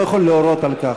אני לא יכול להורות על כך,